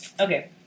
Okay